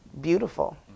beautiful